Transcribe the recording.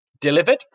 delivered